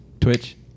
Twitch